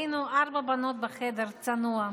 היינו ארבע בנות בחדר צנוע.